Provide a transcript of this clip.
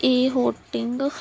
a haunting